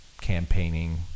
campaigning